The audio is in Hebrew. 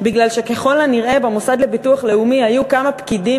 כי ככל הנראה במוסד לביטוח לאומי היו כמה פקידים